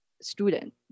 student